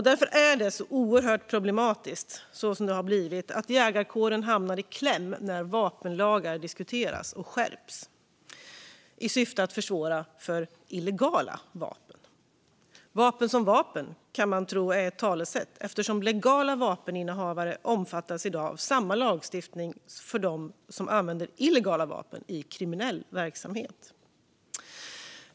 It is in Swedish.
Därför är det oerhört problematiskt att jägarkåren hamnar i kläm när vapenlagen skärps i syfte att försvåra för illegala vapen - vapen som vapen, verkar man tro, eftersom legala vapeninnehavare omfattas av samma lagstiftning som de som använder illegala vapen i kriminell verksamhet.